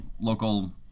local